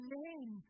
name